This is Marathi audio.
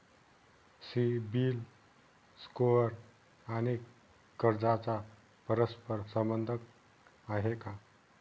सिबिल स्कोअर आणि कर्जाचा परस्पर संबंध आहे का?